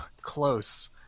close